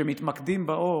כשמתמקדים באור,